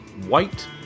white